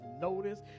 notice